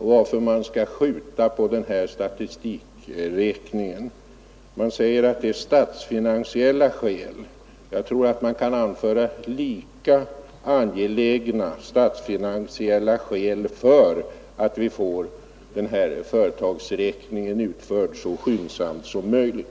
än att man skall skjuta på statistikräkningen i nuvarande statsfinansiella läge. Jag tror att man kan anföra lika angelägna statsfinansiella skäl för att vi får företagsräkningen utförd så skyndsamt som möjligt.